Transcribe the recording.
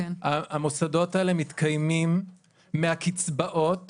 המוסדות האלה מתקיימים מהקצבאות